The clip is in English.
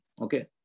Okay